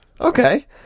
Okay